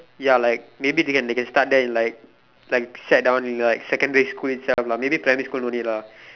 ya like maybe they can they can start there in like like sat down in like secondary school itself lah maybe primary school no need lah